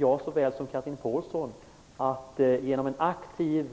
Jag såväl som Chatrine Pålsson vet att genom en aktiv